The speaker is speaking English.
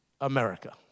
America